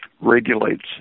regulates